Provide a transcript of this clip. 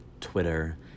Twitter